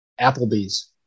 Applebee's